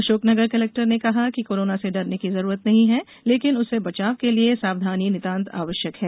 Ashoknagar collector ने कहा कि कोराना से डरने की जरूरत नहीं है लेकि उससे बचाव के लिए सावधानी नितांत आवश्यक है